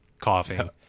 coughing